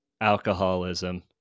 alcoholism